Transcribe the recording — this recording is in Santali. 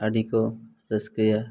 ᱟᱹᱰᱤ ᱠᱚ ᱨᱟᱹᱥᱠᱟᱹᱭᱟ